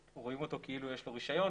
רואים אותו כאילו יש לו רישיון,